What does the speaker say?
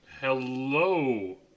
Hello